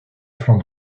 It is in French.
flanc